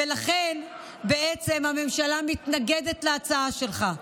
לכן בעצם הממשלה מתנגדת להצעה שלך.